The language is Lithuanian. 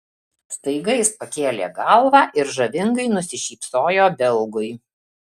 staiga jis pakėlė galvą ir žavingai nusišypsojo belgui